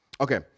Okay